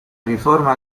riforma